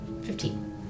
Fifteen